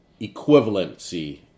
equivalency